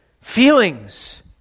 feelings